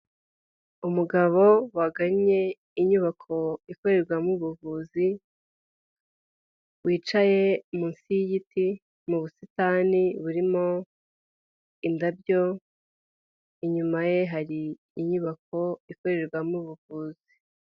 Umugabo waganye inyubako ikorerwamo ubuvuzi wicaye munsi y'igiti mu busitani burimo indabyo, inyuma ye hari inyubako ikorerwamo ubuvuzi.